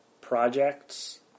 projects